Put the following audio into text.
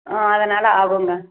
ஆ அதனால் ஆகுங்க